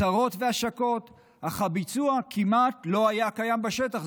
הצהרות והשקות, אך הביצוע כמעט לא היה קיים בשטח.